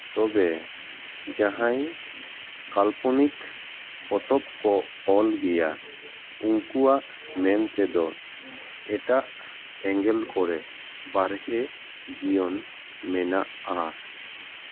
ᱛᱚᱵᱮ ᱡᱟᱦᱟᱸᱭ ᱠᱟᱞᱯᱚᱱᱤᱠ ᱯᱚᱛᱚᱵ ᱠᱚ ᱚᱞ ᱜᱮᱭᱟ ᱩᱱᱠᱩᱣᱟᱜ ᱢᱮᱱ ᱛᱮᱫᱚ ᱮᱴᱟᱜ ᱮᱸᱜᱮᱞ ᱠᱚᱨᱮ ᱵᱟᱨᱦᱮ ᱡᱤᱭᱚᱱ ᱢᱮᱱᱟᱜᱼᱟ